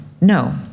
no